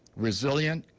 resilient,